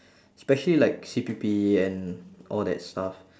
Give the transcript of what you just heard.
especially like C_P_P and all that stuff